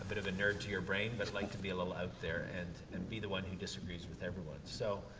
bit of a nerd to your brain, but like to be a little out there and, and be the one who disagrees with everyone. so,